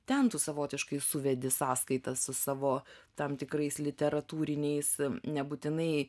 ten tu savotiškai suvedi sąskaitas su savo tam tikrais literatūriniais nebūtinai